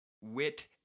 wit